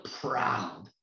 proud